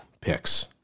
picks